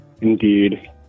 Indeed